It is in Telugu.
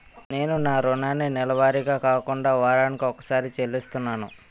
నేను నా రుణాన్ని నెలవారీగా కాకుండా వారాని కొక్కసారి చెల్లిస్తున్నాను